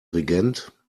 regent